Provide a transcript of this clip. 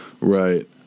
right